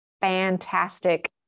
fantastic